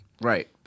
Right